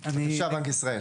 בבקשה, בנק ישראל.